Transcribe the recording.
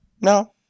No